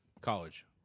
College